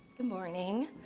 good morning.